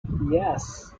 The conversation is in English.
yes